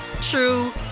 true